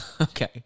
Okay